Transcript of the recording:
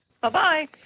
Bye-bye